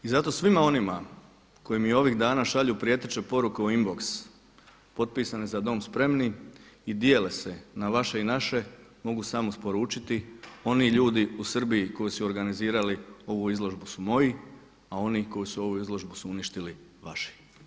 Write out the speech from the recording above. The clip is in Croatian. I zato svima onima koji mi ovih dana šalju prijeteće poruke u Inbox, potpisani: Za dom spremni, i dijele se na vaše i naše, mogu samo sporučiti, oni ljudi u Srbiji koji su organizirali ovu izložbu su moji, a oni koji su ovu izložbu su uništili su vaši.